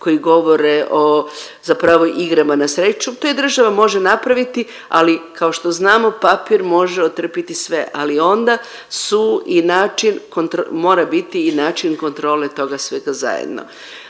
koji govore o zapravo o igrama na sreću to i država može napraviti, ali kao što znamo papir može otrpiti sve, ali onda su i način mora biti i način kontrole toga svega zajedno.